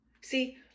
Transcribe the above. See